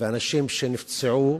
ואנשים שנפצעו,